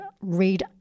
read